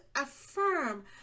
affirm